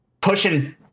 pushing